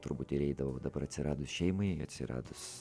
turbūt ir eidavau dabar atsiradus šeimai atsiradus